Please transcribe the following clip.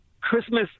Christmas